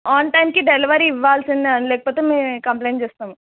ఆన్టైమ్కి delivery ఇవ్వాల్సిందే అండి లేకపోతే మేము కంప్లైంట్ చేస్తాం